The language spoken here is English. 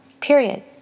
Period